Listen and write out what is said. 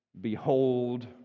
Behold